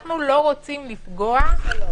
זה נותן לאנשים להפגין ואני חושב שזה היה פתרון מצוין.